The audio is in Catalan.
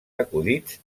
acudits